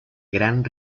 gran